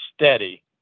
steady